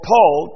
Paul